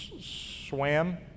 swam